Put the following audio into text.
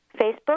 Facebook